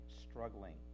struggling